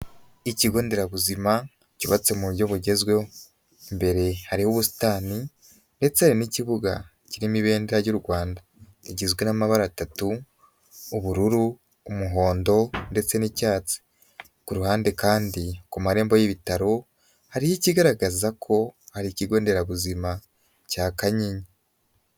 Ikigo nderabuzima cyubatse mu buryo bugezweho, mbere hari ubusitani ndetse n'ikibuga ki'imibendera y'u Rwanda, igizwe n'amabara atatu ubururu, umuhondo, ndetse n'icyatsi. Ku ruhande kandi ku marembo y'ibitaro hari ikigaragaza ko hari ikigo nderabuzima cya kanyinya.